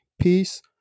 peace